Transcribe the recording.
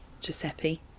Giuseppe